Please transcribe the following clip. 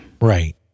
Right